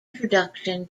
introduction